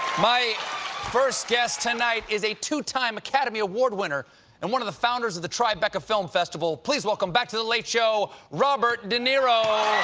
my first guest tonight is a two-time academy award winner and one of the founders of the tribeca film festival. please welcome back to the late show, robert de niro.